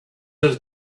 his